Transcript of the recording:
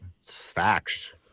Facts